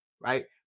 Right